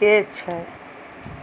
के छै?